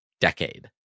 decade